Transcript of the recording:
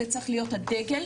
זה צריך להיות הדגל.